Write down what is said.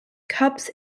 cubs